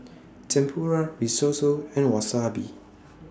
Tempura Risotto and Wasabi